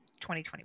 2021